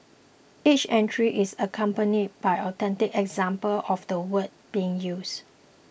each entry is accompanied by authentic examples of the word being used